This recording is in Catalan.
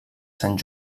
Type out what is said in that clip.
sant